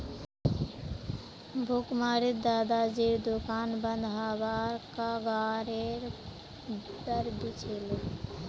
भुखमरीत दादाजीर दुकान बंद हबार कगारेर पर छिले